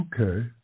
okay